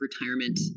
retirement